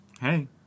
Hey